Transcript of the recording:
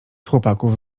chłopaków